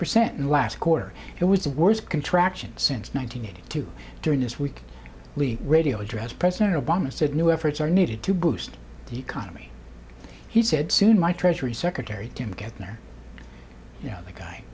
percent in the last quarter it was the worst contraction since nine hundred eighty two during this week leave radio address president obama said new efforts are needed to boost the economy he said soon my treasury secretary tim geithner you know the guy